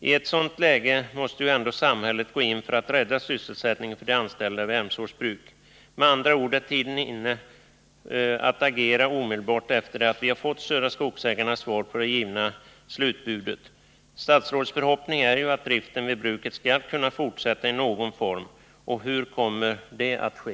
I ett sådant läge måste ju samhället gå in för att rädda sysselsättningen för de anställda vid Emsfors bruk. Med andra ord: Är tiden inne att agera omedelbart efter det att Södra Skogsägarnas svar har lämnats på det givna slutbudet? Statsrådets förhoppning är ju att driften vid bruket skall kunna fortsätta i någon form. Hur kommer det att ske?